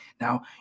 Now